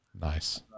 Nice